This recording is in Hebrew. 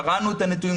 קראנו את הנתונים,